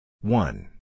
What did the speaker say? One